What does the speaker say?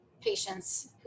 patients